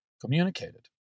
communicated